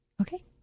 Okay